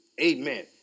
Amen